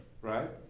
right